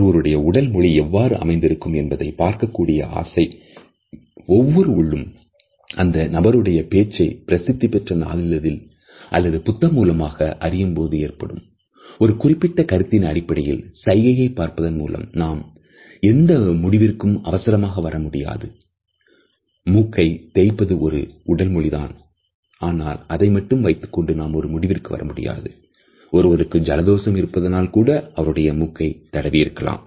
ஒருவருடைய உடல் மொழி எவ்வாறு அமைந்திருக்கும் என்பதை பார்க்கக்கூடிய ஆசை ஒவ்வொரு உள்ளும் அந்த நபருடைய பேச்சை பிரசித்தி பெற்ற நாளிதழ் அல்லது புத்தக மூலமாக அறியும் போதுஒருவருக்கு ஜலதோஷம் இருப்பதனால் கூட அவருடைய மூக்கை தடவி இருக்கலாம்